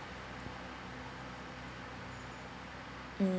mm